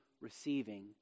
receiving